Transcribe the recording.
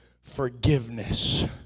forgiveness